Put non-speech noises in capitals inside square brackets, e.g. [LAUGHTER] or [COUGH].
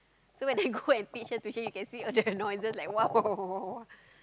so when I go [LAUGHS] and teach her tuition you can see all the noises like !wow! [LAUGHS]